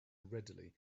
readily